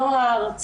נוער,